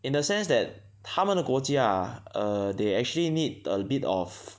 in the sense that 他们的国家 err they actually need a bit of